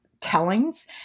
tellings